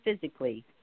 physically